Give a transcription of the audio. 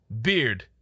beard